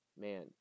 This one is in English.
man